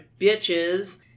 bitches